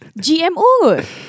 GMO